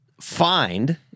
find